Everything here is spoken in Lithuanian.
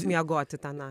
miegoti tą